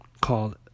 called